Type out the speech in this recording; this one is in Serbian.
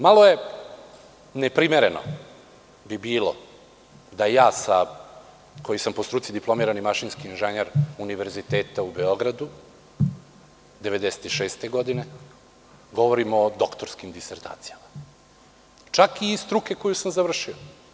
Malo neprimereno bi bilo da ja, koji sam po struci diplomirani mašinski inženjer univerziteta u Beogradu, 1996. godine, godine govorim o doktorskim disertacijama, čak i iz struke koju sam završio.